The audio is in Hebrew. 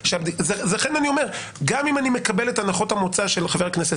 גם אם אני מקבל את הנחות המוצא של חבר הכנסת